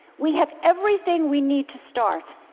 we have everything we need to start.